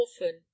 orphan